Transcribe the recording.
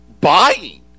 buying